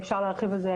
אפשר להרחיב על זה,